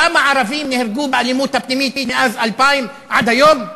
כמה ערבים נהרגו באלימות הפנימית מאז 2000 עד היום?